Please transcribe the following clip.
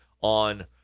on